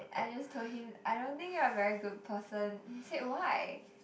I just told him I don't think you're a very good person he said why